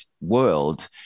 world